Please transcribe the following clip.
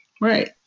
Right